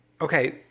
okay